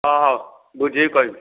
ହଁ ହଉ ବୁଝିକି କହିବି